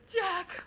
Jack